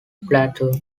platoon